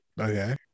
okay